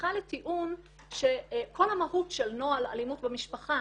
התפתחה לטיעון שכל המהות של נוהל אלימות במשפחה